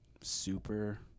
super